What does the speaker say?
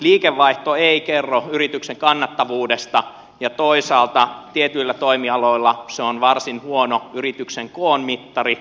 liikevaihto ei kerro yrityksen kannattavuudesta ja toisaalta tietyillä toimialoilla se on varsin huono yrityksen koon mittari